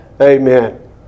Amen